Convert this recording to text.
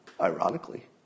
ironically